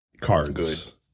cards